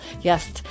Yes